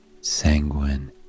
sanguine